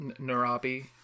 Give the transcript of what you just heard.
narabi